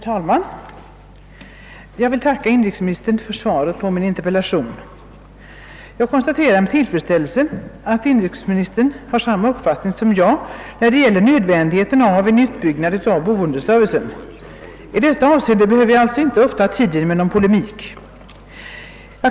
Herr talman! Jag vill tacka inrikesministern för svaret på min interpellation. Jag konstaterar med tillfredsställelse att inrikesministern har samma uppfattning som jag när det gäller nödvändigheten av en utbyggnad av boendeservicen. I detta avseende behöver jag alltså inte uppta tiden med polemik.